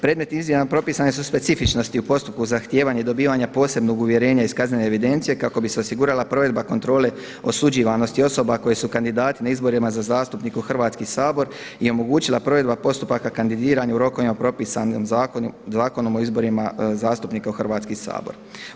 Predmetnim izmjenama propisane su specifičnosti u postupku zahtijevanja i dobivanja posebnog uvjerenja iz kaznene evidencije kako bi se osigurala provedba kontrole osuđivanosti osoba koji su kandidati na izborima za zastupnike u Hrvatski sabori i omogućila provedba postupaka kandidiranja u rokovima propisanim Zakonom o izborima zastupnika u Hrvatski sabor.